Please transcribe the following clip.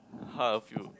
half you